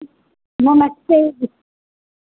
नमस्ते